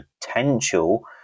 potential